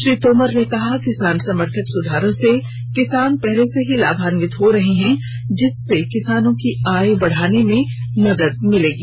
श्री तोमर ने कहा किसान समर्थक सुधारों से किसान पहले से ही लाभान्वित हो रहे हैं जिससे किसानों की आय बढ़ाने में मदद मिलेगी